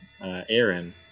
Aaron